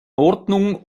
ordnung